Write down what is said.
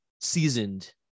seasoned